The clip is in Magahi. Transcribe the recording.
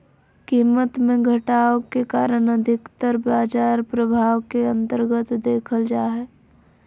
कीमत मे घटाव के कारण अधिकतर बाजार प्रभाव के अन्तर्गत देखल जा हय